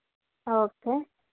okay